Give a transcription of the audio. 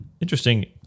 interesting